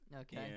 Okay